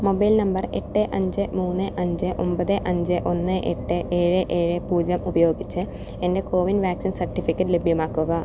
mobile number എട്ട് അഞ്ച് മൂന്ന് അഞ്ച് ഒമ്പത് അഞ്ച് ഒന്ന് എട്ട് ഏഴ് ഏഴ് പൂജ്യം ഉപയോഗിച്ച് എൻ്റെ കോ വിൻ വാക്സിൻ സർട്ടിഫിക്കറ്റ് ലഭ്യമാക്കുക